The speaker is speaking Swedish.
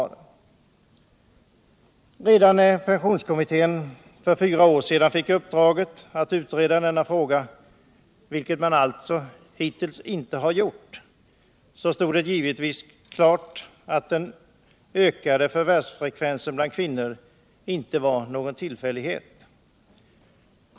Redan när pensionskommittén för fyra år sedan fick uppdraget att utreda frågan, vilket den alltså hittills inte gjort, stod det givetvis klart att den ökade förvärvsfrekvensen bland kvinnor inte var någon tillfällighet.